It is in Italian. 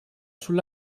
sul